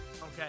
Okay